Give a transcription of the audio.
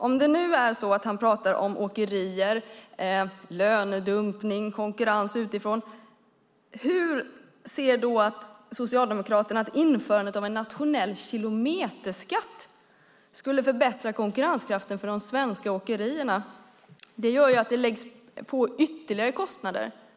Om det nu är så att han pratar om åkerier, lönedumpning och konkurrens utifrån, hur ser då Socialdemokraterna att införandet av en internationell kilometerskatt skulle förbättra konkurrenskraften för de svenska åkerierna? Det gör ju att det läggs på ytterligare kostnader.